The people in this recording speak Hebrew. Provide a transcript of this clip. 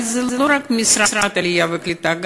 אבל זה לא רק משרד העלייה והקליטה,